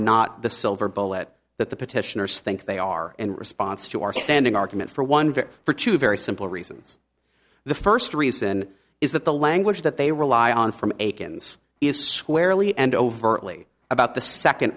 not the silver bullet that the petitioners think they are in response to our standing argument for wonder for two very simple reasons the first reason is that the language that they rely on from aiken's is swear lee and overtly about the second